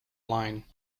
line